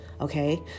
Okay